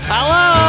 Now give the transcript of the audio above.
Hello